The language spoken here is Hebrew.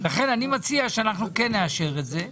לכן אני מציע שכן נאשר את זה,